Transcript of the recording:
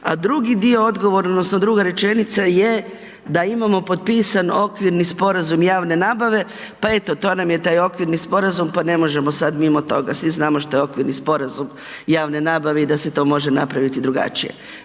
a drugi dio odgovora odnosno druga rečenica je da imamo potpisan okvirni sporazum javne nabave, pa eto to nam je taj okvirni sporazum, pa ne možemo sad mimo toga, svi znamo što je okvirni sporazum javne nabave i da se to može napraviti drugačije.